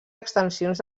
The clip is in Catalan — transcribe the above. extensions